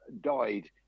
died